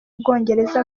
ubwongereza